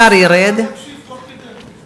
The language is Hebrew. השר יורד, השר יקשיב תוך כדי.